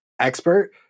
expert